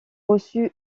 reçu